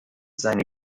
seine